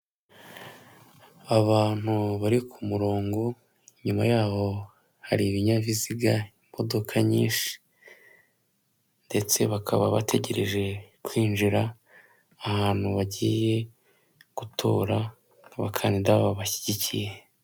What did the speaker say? Abantu bari ku murongo nyuma yaho hari ibinyabiziga, imodoka nyinshi ndetse bakaba bategereje kwinjira ahantu bagiye gutora abakandida babashyigikiye.